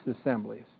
assemblies